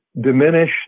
diminish